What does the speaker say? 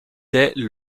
dés